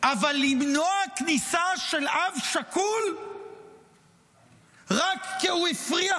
אבל למנוע כניסה של אב שכול רק כי הוא הפריח